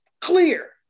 clear